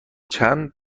چند